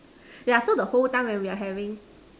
yeah so the whole time while we were having